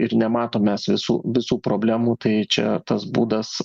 ir nematom mes visų visų problemų tai čia tas būdas